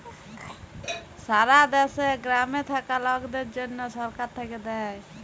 সারা দ্যাশে গ্রামে থাক্যা লকদের জনহ সরকার থাক্যে দেয়